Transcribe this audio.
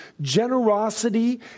Generosity